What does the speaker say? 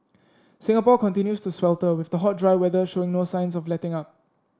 Singapore continues to swelter with the hot dry weather showing no signs of letting up